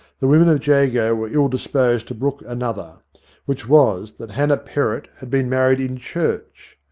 the women of the jago were ill-disposed to brook another which was, that hannah perrott had been married in church.